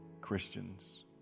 Christians